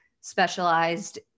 specialized